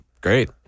Great